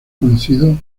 conocido